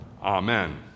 Amen